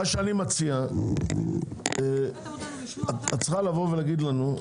מה שאני מציע, את צריכה לבוא ולהגיד לנו,